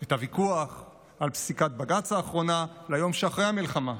את הוויכוח על פסיקת בג"ץ האחרונה ליום שאחרי המלחמה.